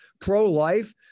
pro-life